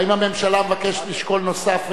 האם הממשלה מבקשת שבוע לשיקול נוסף,